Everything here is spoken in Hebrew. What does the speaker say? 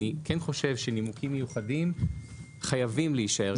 אני כן חושב שנימוקים מיוחדים חייבים להישאר כאן.